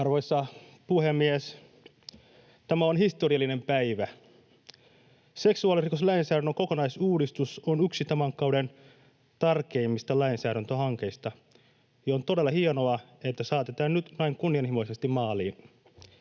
Arvoisa puhemies! Tämä on historiallinen päivä. Seksuaalirikoslainsäädännön kokonaisuudistus on yksi tämän kauden tärkeimmistä lainsäädäntöhankkeista, ja on todella hienoa, että se saatetaan nyt näin kunnianhimoisesti maaliin.